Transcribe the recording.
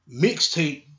mixtape